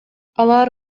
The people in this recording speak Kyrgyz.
алар